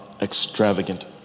extravagant